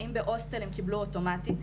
האם בהוסטלים מקבלים אוטומטית,